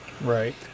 right